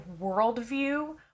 worldview